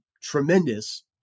tremendous